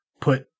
put